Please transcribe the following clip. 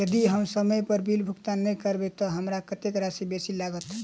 यदि हम समय पर बिल भुगतान नै करबै तऽ हमरा कत्तेक राशि बेसी लागत?